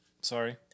Sorry